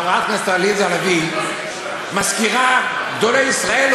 שחברת הכנסת עליזה לביא מזכירה גדולי ישראל,